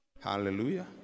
Hallelujah